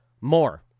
More